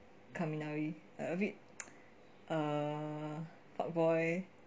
kaminari err a bit err part boy